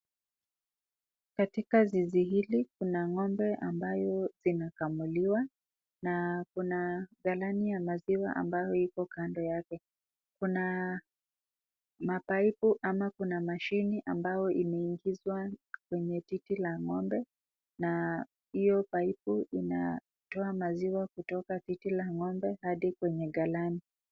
Katika zizi hili kuna ng'ombe ambayo zinakamuliwa na kuna galani ya maziwa ambayo iko kando yake. Kuna mapaipu ama kuna mashini ambayo imeingizwa kwenye titi la ng'ombe na hiyo paipu inatoa maziwa kutoka titi la ng'ombe hadi kwenye galana.